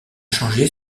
changé